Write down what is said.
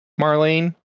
Marlene